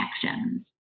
connections